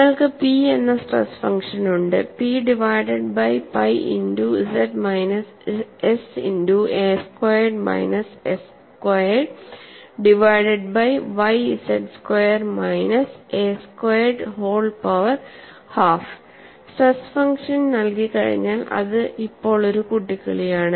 നിങ്ങൾക്ക് പി എന്ന stress function ഉണ്ട്P divided by pi into z minus s into a squared minus s squared divided by y z squared minus a squared whole power half stress function നൽകികഴിഞ്ഞാൽ അത് ഇപ്പോൾ ഒരു കുട്ടികളിയാണ്